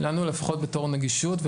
לנו לפחות בתור נגישות חשוב,